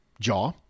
jaw